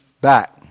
back